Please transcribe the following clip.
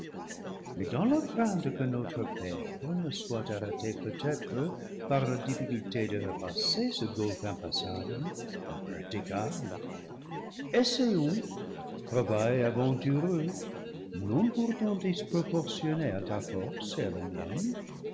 mais dans la crainte que notre père ne soit arrêté peut-être par la difficulté de re passer ce golfe impassable impraticable essayons travail aventureux non pourtant disproportionné à ta force et à la mienne